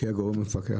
שיהיה גורם מפקח,